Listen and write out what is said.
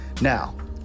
Now